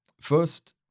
First